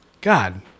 God